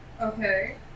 Okay